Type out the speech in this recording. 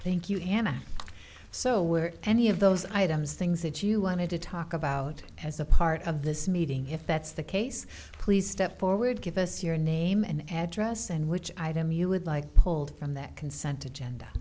thank you hannah so where any of those items things that you wanted to talk about as a part of this meeting if that's the case please step forward give us your name and address and which item you would like pulled from that consent